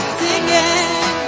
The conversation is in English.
singing